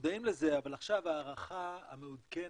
מודעים לזה, אבל עכשיו ההערכה המעודכנת